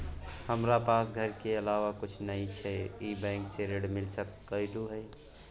हमरा पास घर के अलावा कुछ नय छै ई बैंक स ऋण मिल सकलउ हैं?